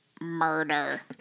murder